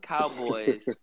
Cowboys